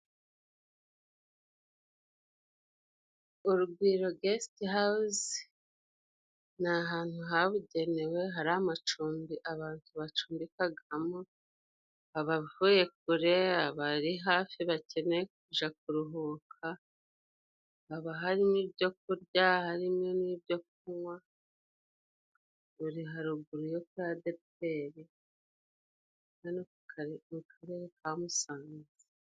Urugwiro gesite hawuzi ni ahantu habugenewe hari amacumbi, abantu bacumbikagamo. Abavuye kure, abari hafi bakeneye kuja kuruhuka, haba hari n'ibyo kurya, harimo n'ibyo kunywa, iri haruguru yo kuri Adeperi, hano mu Karere ka Musanze.